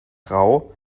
rau